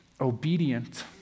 obedient